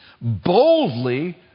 boldly